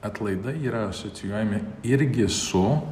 atlaidai yra asocijuojami irgi su